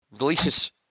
releases